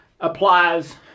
applies